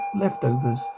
leftovers